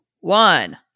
one